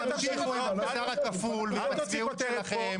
----- -המוסר הכפול והצביעות שלכם.